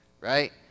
Right